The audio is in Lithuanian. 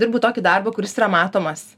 dirbu tokį darbą kuris yra matomas